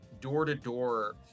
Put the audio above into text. door-to-door